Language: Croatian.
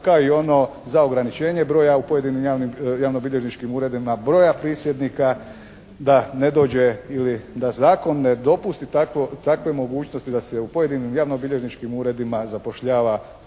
kao i ono za ograničenje broja u pojedinim javnobilježničkim uredima broja prisjednika da ne dođe ili da zakon ne dopusti takve mogućnosti da se u pojedinim javnobilježničkim uredima zapošljava